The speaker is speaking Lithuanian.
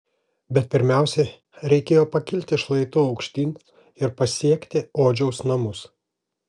bet pirmiausia reikėjo pakilti šlaitu aukštyn ir pasiekti odžiaus namus